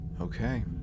Okay